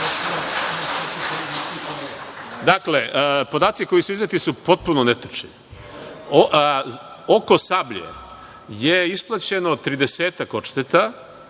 Dakle, podaci koji su izneti su potpuno netačni. Oko „Sablje“ je isplaćeno tridesetak